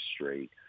straight